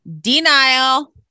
denial